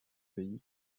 pays